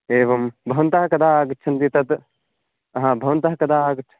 एवं भवन्तः कदा आगच्छन्ति तत् हा भवन्तः कदा आगच्